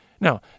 Now